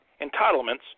entitlements